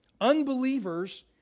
unbelievers